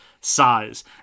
size